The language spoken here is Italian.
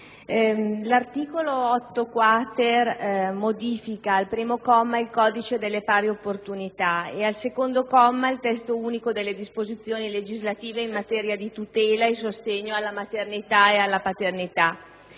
l'articolo 8-*quater* modifica, al primo comma, il codice delle pari opportunità tra uomo e donna e, al secondo, il testo unico delle disposizioni legislative in materia di tutela e sostegno della maternità e della paternità.